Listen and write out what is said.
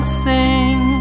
sing